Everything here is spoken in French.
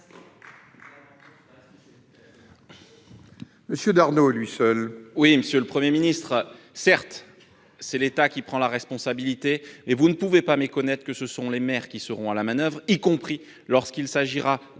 réplique, et à lui seul ! Certes, monsieur le Premier ministre, c'est l'État qui prend la responsabilité, mais vous ne pouvez pas méconnaître que ce sont les maires qui seront à la manoeuvre, y compris lorsqu'il s'agira,